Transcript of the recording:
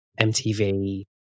MTV